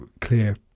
clear